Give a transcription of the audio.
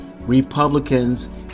Republicans